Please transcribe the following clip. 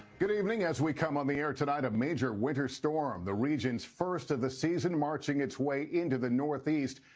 good evening. as we come on the air tonight a major winter storm, the region's first of the season marching its way into the northeast.